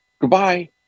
Goodbye